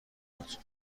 بود